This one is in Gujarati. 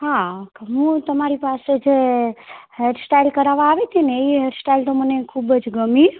હા હું તમારી પાસે જે હેર સ્ટાઈલ કરાવવા આવી હતી ને એ હેર સ્ટાઇલ તો મને ખૂબ જ ગમી